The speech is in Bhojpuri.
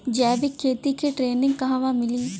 जैविक खेती के ट्रेनिग कहवा मिली?